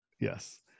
Yes